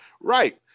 Right